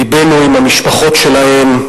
לבנו עם המשפחות שלהם,